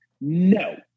No